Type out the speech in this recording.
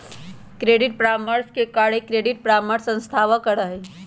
credit परामर्श के कार्य क्रेडिट परामर्श संस्थावह करा हई